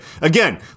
Again